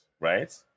right